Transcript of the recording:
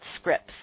scripts